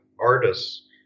artists